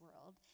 world